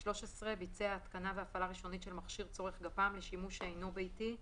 ביצע התקנה והפעלה ראשונית של מכשיר5,000 צורך גפ"מ לשימוש שאינו ביתי,